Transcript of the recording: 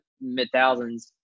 mid-thousands